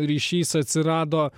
ryšys atsirado